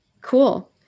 Cool